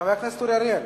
חבר הכנסת אורי אריאל,